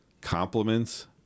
compliments